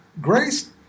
grace